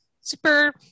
super